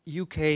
UK